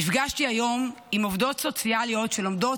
נפגשתי היום עם עובדות סוציאליות שלומדות